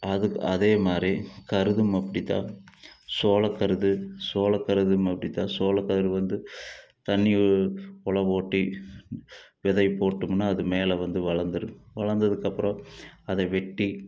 அதுக்கு அதே மாதிரி கருதும் அப்படி தான் சோளக்கருது சோளக்கருதும் அப்படி தான் சோளக்கருது வந்து தண்ணி உழவு ஓட்டி விதை போட்டோம்னா அது மேல் வந்து வளந்துடும் வளர்ந்ததுக்கப்பறம் அதை வெட்டி